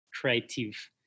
creative